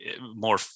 more